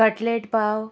cutlet पाव